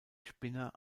spinner